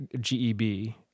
G-E-B